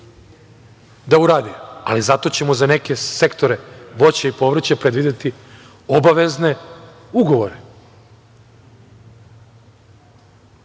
da uradi. Zato ćemo za neke sektore voća i povrća predvideti obavezne ugovore,